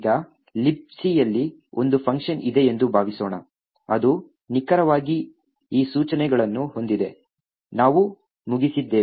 ಈಗ Libcಯಲ್ಲಿ ಒಂದು ಫಂಕ್ಷನ್ ಇದೆಯೆಂದು ಭಾವಿಸೋಣ ಅದು ನಿಖರವಾಗಿ ಈ ಸೂಚನೆಗಳನ್ನು ಹೊಂದಿದೆ ನಾವು ಮುಗಿಸಿದ್ದೇವೆ